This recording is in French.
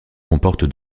comporte